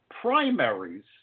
primaries